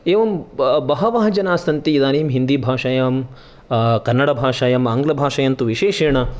एवं बहवः जनाः सन्ति इदानीं हिन्दीभाषायां कन्नडभाषायां आङ्ग्लभाषायां तु विशेषेण